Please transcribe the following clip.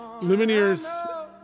Lumineers